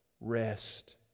Rest